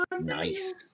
Nice